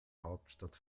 hauptstadt